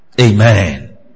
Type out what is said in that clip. Amen